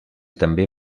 també